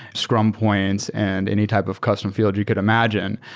scrum points and any type of custom fi eld we could imagine.